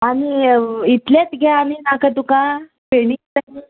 आनी इतलेत घे आनी नाका तुका फेणी